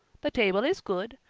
the table is good,